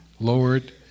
Lord